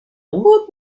woot